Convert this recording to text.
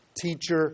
Teacher